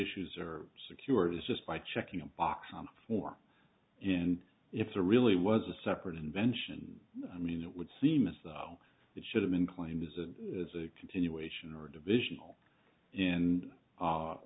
issues are secured is just by checking a box for and if there really was a separate invention i mean it would seem as though it should have been claimed as a as a continuation or division and